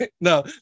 no